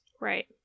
Right